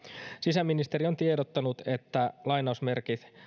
sisäministeri on tiedottanut että